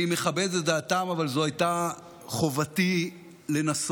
אני מכבד את דעתם, אבל זאת הייתה חובתי לנסות.